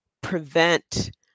prevent